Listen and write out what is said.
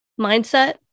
mindset